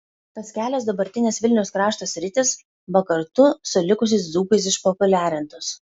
tos kelios dabartinės vilniaus krašto sritys buvo kartu su likusiais dzūkais išpopuliarintos